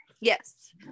Yes